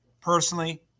personally